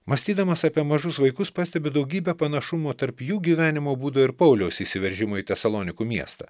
mąstydamas apie mažus vaikus pastebiu daugybę panašumų tarp jų gyvenimo būdo ir pauliaus įsiveržimo į tą salonikų miestą